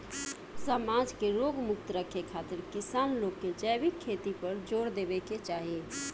समाज के रोग मुक्त रखे खातिर किसान लोग के जैविक खेती पर जोर देवे के चाही